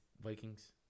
Vikings